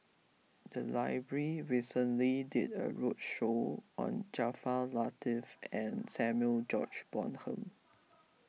the library recently did a roadshow on Jaafar Latiff and Samuel George Bonham